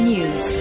News